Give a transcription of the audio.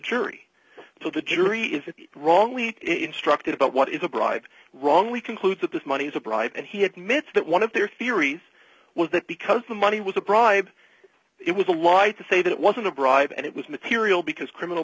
jury to the jury if it wrongly instructed about what is a bribe wrongly conclude that this money is a private he admits that one of their theory was that because the money was a bribe it was a lie to say that it wasn't a bribe and it was material because criminal